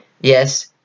Yes